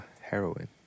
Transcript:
Heroin